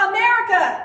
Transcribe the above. America